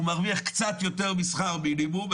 הוא מרוויח קצת יותר משכר מינימום.